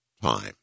time